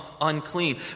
unclean